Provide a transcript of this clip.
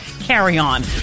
carry-on